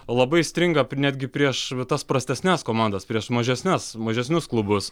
labai stringa netgi prieš tas prastesnes komandas prieš mažesnes mažesnius klubus